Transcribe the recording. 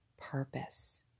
purpose